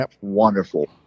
wonderful